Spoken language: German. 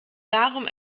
darum